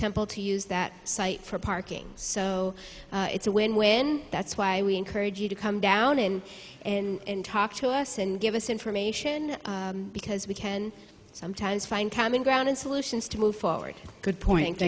temple to use that site for parking so it's a win win that's why we encourage you to come down in and talk to us and give us information because we can sometimes find common ground and solutions to move forward good point